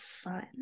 fun